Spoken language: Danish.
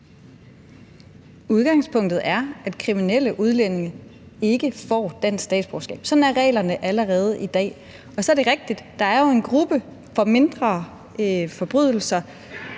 Udgangspunktet er, at kriminelle udlændinge ikke får dansk statsborgerskab. Sådan er reglerne allerede i dag. Så er det rigtigt, at der jo er en gruppe med mindre forbrydelser,